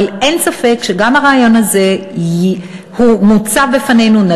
אבל אין ספק שגם הרעיון הזה מוצע בפנינו.